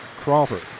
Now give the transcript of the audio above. Crawford